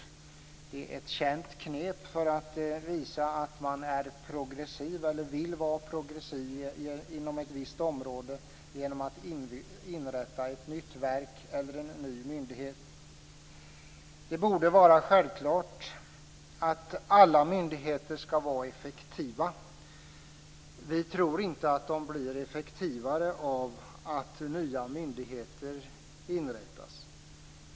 Det är ett känt knep för att visa att man är eller vill vara progressiv inom ett visst område att inrätta ett nytt verk eller en ny myndighet. Det borde vara självklart att alla myndigheter skall vara effektiva. Vi tror inte att de blir effektivare av att nya myndigheter inrättas.